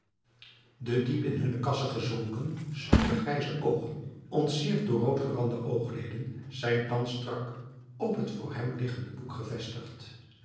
de diep in hun kassen gezonken sluwe grijze oogen ontsierd door roodgerande oogleden zijn thans strak op het voor hem liggende boek gevestigd